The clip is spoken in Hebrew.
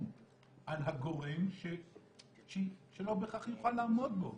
על הגורם שלא בהכרח יוכל לעמוד בו,